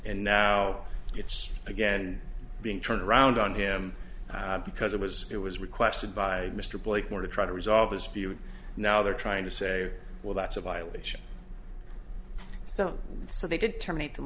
and now it's again being turned around on him because it was it was requested by mr blakemore to try to resolve the dispute now they're trying to say well that's a violation so so they did terminate the